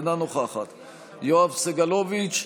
אינה נוכחת יואב סגלוביץ'